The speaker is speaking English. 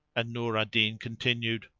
and nur al-din continued,